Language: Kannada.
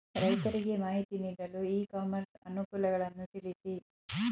ರೈತರಿಗೆ ಮಾಹಿತಿ ನೀಡಲು ಇ ಕಾಮರ್ಸ್ ಅನುಕೂಲಗಳನ್ನು ತಿಳಿಸಿ?